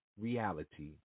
reality